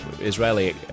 Israeli